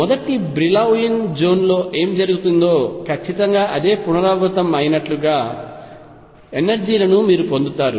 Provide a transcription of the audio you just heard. మొదటి బ్రిలౌయిన్ జోన్లో ఏమి జరిగిందో ఖచ్చితంగా అదే పునరావృతం అయినట్లుగా ఎనర్జీ లను మీరు పొందుతారు